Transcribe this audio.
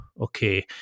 okay